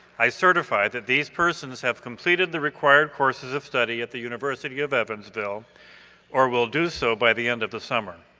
i certify that these persons have completed the required courses of study at the university of evansville or will do so by the end of the summer.